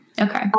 Okay